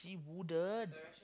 he wouldn't